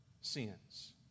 sins